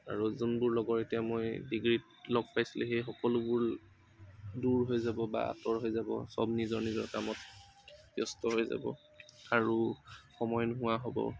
আৰু যোনবোৰ লগৰ মই এতিয়া ডিগ্ৰীত লগ পাইছিলো সেই সকলোবোৰ দূৰ হৈ যাব বা আঁতৰ হৈ যাব চব নিজৰ নিজৰ কামত ব্যস্ত হৈ যাব আৰু সময় নোহোৱা হ'ব